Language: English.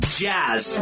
jazz